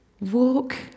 Walk